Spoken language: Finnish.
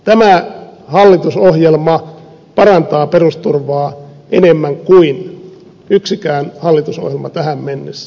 tämä hallitusohjelma parantaa perusturvaa enemmän kuin yksikään hallitusohjelma tähän mennessä